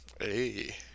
hey